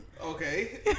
okay